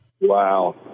Wow